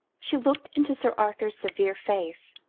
she looked into sir arthur's severe face,